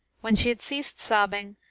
when she had ceased sobbing,